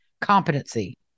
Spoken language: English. competency